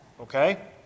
Okay